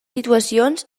situacions